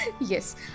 Yes